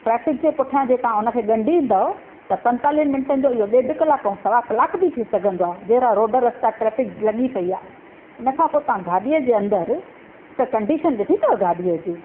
traffic जे पुठियां जे तव्हां हुनखे ॻंढींदव त पंजतालिनि मिंटनि जो इहो ॾेढु कलाक ऐं सवा कलाकु बि थी सघंदो आहे जहिड़ा रोड रस्ता ट्रैफिक लॻी पेई आहे हिन खां पोइ तव्हां गाॾीअ जे अंदरि त कंडीशन ॾिठी अथव गाॾीअ जी